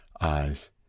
eyes